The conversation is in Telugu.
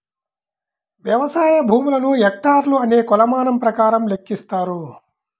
వ్యవసాయ భూములను హెక్టార్లు అనే కొలమానం ప్రకారం లెక్కిస్తారు